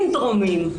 שהסינדרומים,